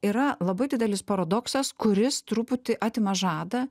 yra labai didelis paradoksas kuris truputį atima žadą